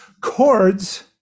chords